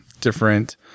different